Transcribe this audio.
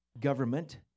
government